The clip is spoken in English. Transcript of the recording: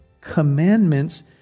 commandments